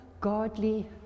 godly